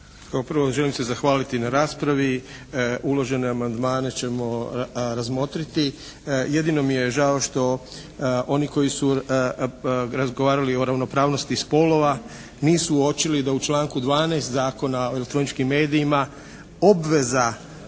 prvo želim se zahvaliti na raspravi. Uložene amandmane ćemo razmotriti. Jedino mi je žao što oni koji su razgovarali o ravnopravnosti spolova nisu uočili da u članku 12. Zakona o elektroničkim medijima obveza